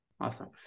Awesome